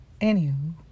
Anywho